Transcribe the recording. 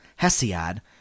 Hesiod